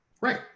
Right